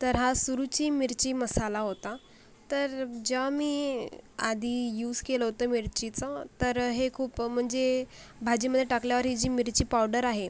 तर हा सुरुची मिरची मसाला होता तर जेव्हा मी आधी यूज केलं होतं मिरचीचं तर हे खूप म्हणजे भाजीमध्ये टाकल्यावर ही जी मिरची पावडर आहे